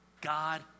God